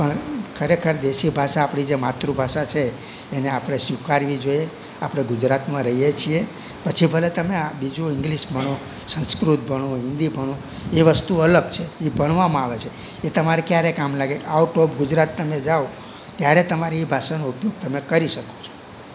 પણ ખરેખર દેશી ભાષા આપણી જે માતૃભાષા છે એને આપણે સ્વીકારવી જોઈએ આપણે ગુજરાતમાં રહીએ છીએ પછી ભલે તમે આ બીજું ઇંગ્લિસ ભણો સંસ્કૃત ભણો હિન્દી ભણો એ વસ્તુ અલગ છે એ ભણવામાં આવે છે એ તમારે ક્યારે કામ લાગે કે આઉટ ઓફ ગુજરાત તમે જાઓ ત્યારે તમારી એ ભાષાનો ઉપયોગ તમે કરી શકો છો